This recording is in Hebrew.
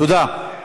תודה.